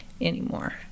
anymore